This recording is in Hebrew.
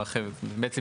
בעצם,